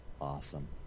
awesome